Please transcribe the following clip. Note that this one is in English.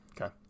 okay